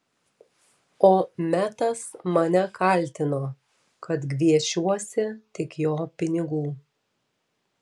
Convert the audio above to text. o metas mane kaltino kad gviešiuosi tik jo pinigų